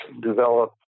develop